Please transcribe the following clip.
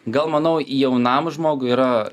gal manau jaunam žmogui yra